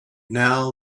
now